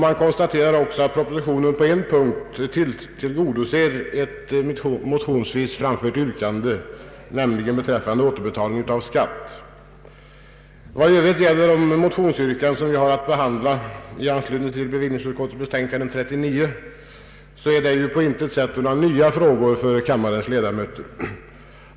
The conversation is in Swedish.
Man konstaterar också att propositionen på en punkt tillgodoser ett motionsvis framfört yrkande, nämligen beträffande återbetalning av skatt. Vad i övrigt gäller de motionsyrkanden som vi har att behandla i anslutning till bevillningsutskottets betänkande nr 39 är det ju på intet sätt några nya frågor för kammarens ledamöter.